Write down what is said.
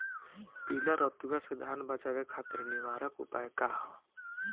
पीला रतुआ से धान बचावे खातिर निवारक उपाय का ह?